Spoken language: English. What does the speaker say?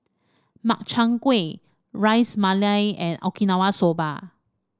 Makchang Gui Ras Malai and Okinawa Soba